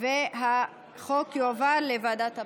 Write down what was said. החוק יועבר לוועדת הבריאות.